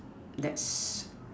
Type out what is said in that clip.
that's